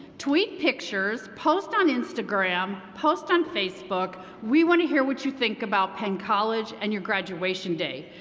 tweet pictures, post on instagram, post on facebook, we want to hear what you think about penn college and your graduation day.